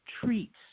treats